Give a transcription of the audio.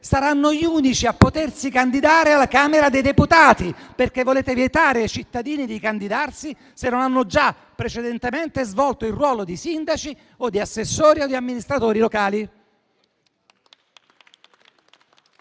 saranno gli unici a potersi candidare alla Camera dei deputati perché volete vietare ai cittadini di candidarsi se non hanno già precedentemente svolto il ruolo di sindaci, di assessori o di amministratori locali.